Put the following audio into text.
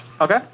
Okay